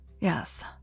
Yes